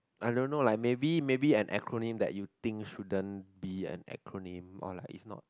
I don't know like maybe maybe an acronym that you think shouldn't be an acronym or like if not